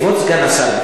כבוד סגן השר,